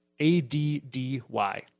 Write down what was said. A-D-D-Y